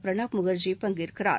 பிரணாப் முகர்ஜி பங்கேற்கிறார்